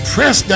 Press